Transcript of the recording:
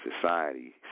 society